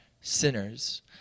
sinners